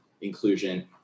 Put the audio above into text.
inclusion